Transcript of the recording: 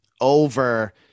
over